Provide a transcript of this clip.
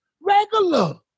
regular